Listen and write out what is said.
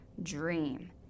dream